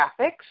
Graphics